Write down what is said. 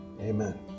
amen